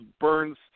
Burns